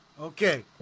Okay